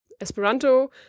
Esperanto